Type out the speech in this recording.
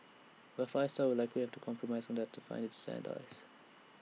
but five star would likely have to compromise on that to find its sand dies